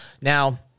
Now